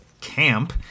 camp